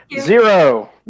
zero